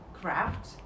craft